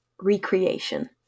recreation